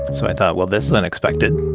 so i thought, well, this is unexpected.